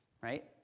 right